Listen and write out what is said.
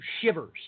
shivers